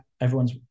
everyone's